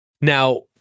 Now